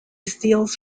steals